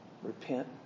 Repent